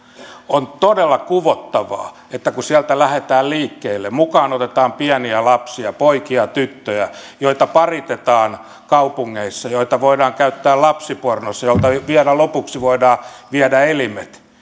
on todella kuvottavaa että kun sieltä lähdetään liikkeelle mukaan otetaan pieniä lapsia poikia ja tyttöjä joita paritetaan kaupungeissa ja joita voidaan käyttää lapsipornossa ja joilta vielä lopuksi voidaan viedä elimet